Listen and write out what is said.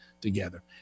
together